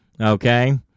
okay